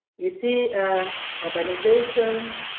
you see urbanization,